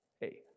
Hey